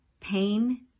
pain